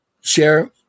share